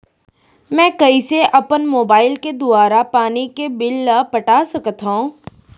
मैं कइसे अपन मोबाइल के दुवारा पानी के बिल ल पटा सकथव?